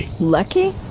Lucky